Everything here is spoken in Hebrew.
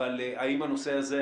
אבל האם הנושא הזה עלה?